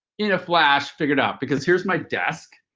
in a flash figure it out. because here's my desk,